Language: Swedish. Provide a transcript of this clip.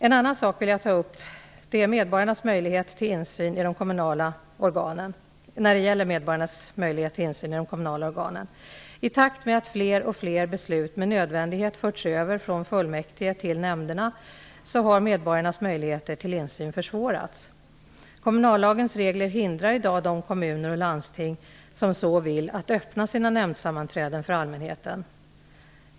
En annan sak som jag vill ta upp är medborgarnas möjlighet till insyn i de kommunala organen. I takt med att fler och fler beslut med nödvändighet har förts över från fullmäktige till nämnderna har medborgarnas möjligheter till insyn försvårats. Kommunallagens regler hindrar i dag de kommuner och landsting som så vill att öppna sina nämndsammanträden för allmänheten.